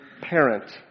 parent